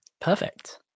Perfect